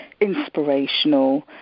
inspirational